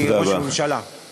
אדוני ראש הממשלה תודה רבה.